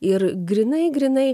ir grynai grynai